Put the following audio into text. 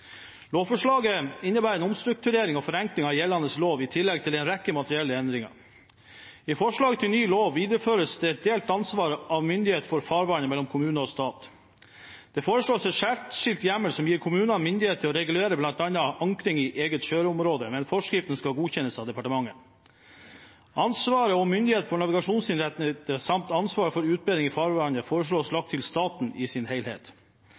Lovforslaget innebærer en omstrukturering og forenkling av gjeldende lov, i tillegg til en rekke materielle endringer. I forslaget til ny lov videreføres det delt ansvar og myndighet for farvannet mellom kommuner og stat. Det foreslås en særskilt hjemmel som gir kommunene myndighet til å regulere bl.a. ankring i eget sjøområde, men forskriftene skal godkjennes av departementet. Ansvaret og myndigheten for navigasjonsinnretninger samt ansvar for utbedring i farvannet foreslås lagt til staten i sin